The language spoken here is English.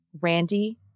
Randy